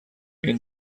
این